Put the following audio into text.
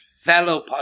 fellow